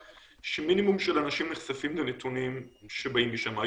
שמינימום של אנשים נחשפים לנתונים שבאים משם.